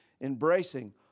embracing